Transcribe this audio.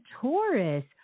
Taurus